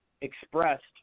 expressed